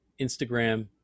Instagram